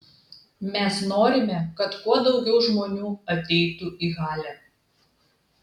mes norime kad kuo daugiau žmonių ateitų į halę